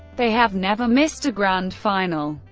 they have never missed a grand final.